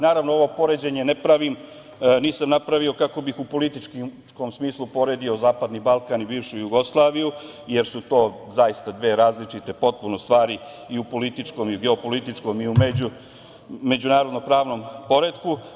Naravno, ovo poređenje nisam napravio kako bih u političkom smislu poredio Zapadni Balkan i bivšu Jugoslaviju, jer su to zaista dve različite potpuno stvari, i u političkom i u geopolitičkom i u međunarodnopravnom poretku.